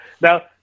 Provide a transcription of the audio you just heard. Now